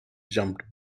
jumped